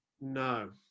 No